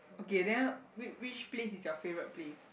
okay then wh~ which place is your favourite place